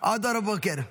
עד אור הבוקר.